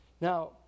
Now